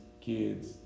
kids